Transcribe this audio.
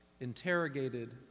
interrogated